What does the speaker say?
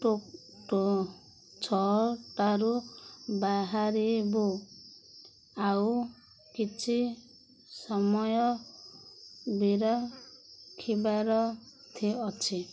ଟୋ ଟୋ ଛଅଟାରୁ ବାହାରିବୁ ଆଉ କିଛି ସମୟ ବିରଖିଥିବାର ଅଛି